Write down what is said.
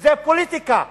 וזה פוליטיקה,